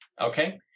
Okay